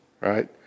right